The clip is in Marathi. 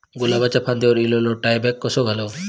गुलाबाच्या फांदिर एलेलो डायबॅक कसो घालवं?